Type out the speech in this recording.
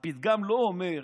הפתגם לא אומר